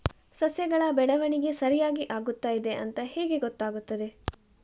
ಸಸ್ಯಗಳ ಬೆಳವಣಿಗೆ ಸರಿಯಾಗಿ ಆಗುತ್ತಾ ಇದೆ ಅಂತ ಹೇಗೆ ಗೊತ್ತಾಗುತ್ತದೆ?